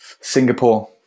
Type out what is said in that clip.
Singapore